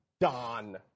Don